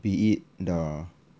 be it the